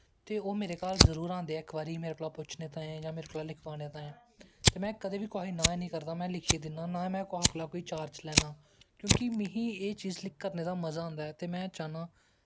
ते ओह् मेरे घर जरूरी आंदे ऐ इक बारी मेरे कोला पुच्छने ताहीं जां मेरे कोला दा लखवाने ताहीं ते में कदैं कुसै गी नां निं करना होन्ना ते नां कुसै कोला दा चार्ज लैन्ना क्योंकि मिगी एह् चीज करने दा मजा आंदा ते में चाह्न्ना ऐं कि